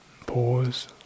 Pause